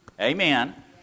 amen